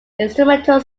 instrumental